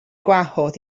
gwahodd